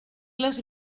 les